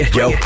yo